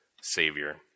Savior